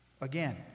Again